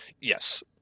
Yes